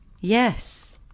yes